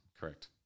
correct